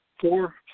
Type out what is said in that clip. four